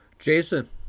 Jason